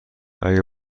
اگه